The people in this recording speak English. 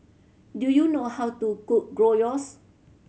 do you know how to cook Gyros